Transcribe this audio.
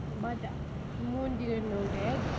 but uh moon didn't know that